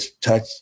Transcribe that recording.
touch